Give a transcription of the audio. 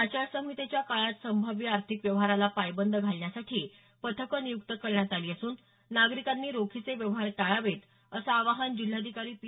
आचारसंहितेच्या काळात संभाव्या आर्थिक व्यवहाराला पायबंद घालण्यासाठी पथकं नियुक्त करण्यात आली असून नागरिकांनी रोखीचे व्यवहार टाळावेत असं आवाहन जिल्हाधिकारी पी